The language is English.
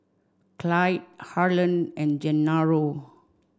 Clyde Harlen and Gennaro